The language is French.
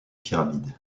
pyramides